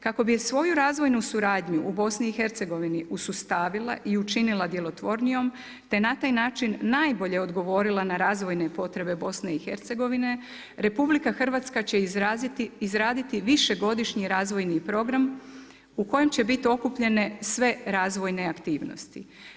Kako bi svoju razvojnu suradnju u BIH usustavila i učinila djelotvornijom te na taj način najbolje odgovorila na razvojne potrebe BIH, RH, će izraditi višegodišnji razvojni program u kojem će biti okupljene sve razvojne aktivnosti.